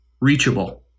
reachable